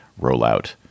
rollout